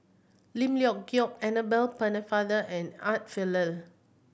Lim Leong Geok Annabel Pennefather and Art Fazil